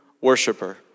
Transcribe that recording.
worshiper